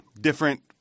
different